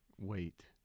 wait